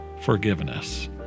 forgiveness